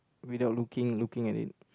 without looking looking at it